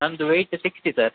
ನಂದು weight sixty sir